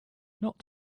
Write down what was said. not